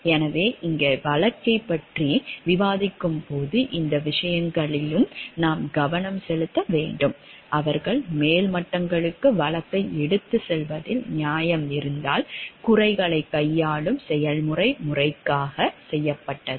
எனவே இங்கே வழக்கைப் பற்றி விவாதிக்கும் போது இந்த விஷயங்களிலும் நாம் கவனம் செலுத்த வேண்டும் அவர்கள் மேல் மட்டங்களுக்கு வழக்கை எடுத்துச் செல்வதில் நியாயம் இருந்தால் குறைகளைக் கையாளும் செயல்முறை முறையாகச் செய்யப்பட்டது